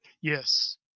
Yes